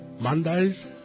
Mondays